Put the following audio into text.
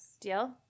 Deal